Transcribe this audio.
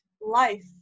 life